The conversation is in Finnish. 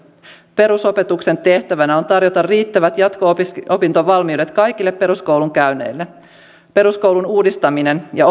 perusopetuksen tehtävänä on tarjota riittävät jatko opintovalmiudet kaikille peruskoulun käyneille peruskoulun uudistaminen ja